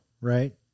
right